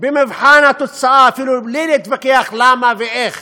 במבחן התוצאה, אפילו בלי להתווכח למה ואיך,